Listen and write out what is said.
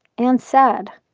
and sad.